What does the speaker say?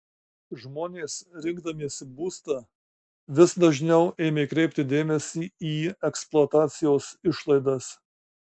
žmonės rinkdamiesi būstą vis dažniau ėmė kreipti dėmesį į eksploatacijos išlaidas